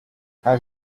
have